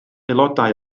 aelodau